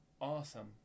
awesome